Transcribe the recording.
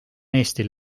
eestil